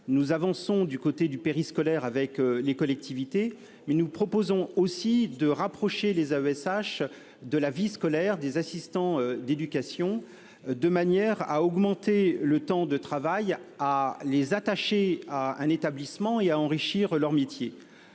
Nous avançons du côté du périscolaire avec les collectivités, mais nous proposons aussi de rapprocher les AESH de la vie scolaire et des assistants d'éducation de manière à augmenter leur temps de travail, à les attacher à un établissement et à enrichir leur métier.